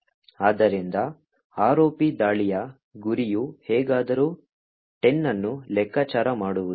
ಆದ್ದರಿಂದ ROP ದಾಳಿಯ ಗುರಿಯು ಹೇಗಾದರೂ 10 ಅನ್ನು ಲೆಕ್ಕಾಚಾರ ಮಾಡುವುದು